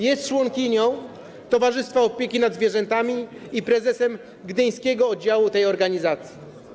Jest członkinią Towarzystwa Opieki nad Zwierzętami i prezesem gdyńskiego oddziału tej organizacji.